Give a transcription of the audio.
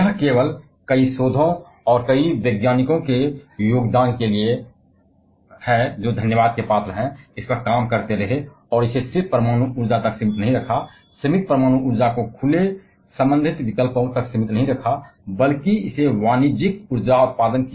यह केवल कई शोधों और कई वैज्ञानिकों के योगदान के लिए धन्यवाद है जिन्होंने इस पर काम करना जारी रखा और इसे केवल परमाणु ऊर्जा तक सीमित नहीं रखा खुले संबंधित विकल्पों तक सीमित परमाणु ऊर्जा को नहीं रखा चाहे वह इसे डायवर्ट कर दिया हो वाणिज्यिक बिजली उत्पादन